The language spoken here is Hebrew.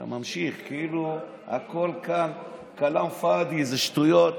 אתה ממשיך כאילו הכול כאן כלאם פאדי, זה שטויות.